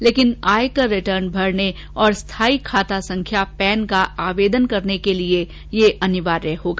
लेकिन आयकर रिटर्न भरने और स्थायी खाता संख्या पैन का आवेदन करने के लिए यह अनिवार्य होगा